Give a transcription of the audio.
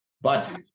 But-